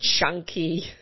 chunky